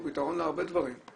זה פתרון להרבה דברים.